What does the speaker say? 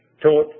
taught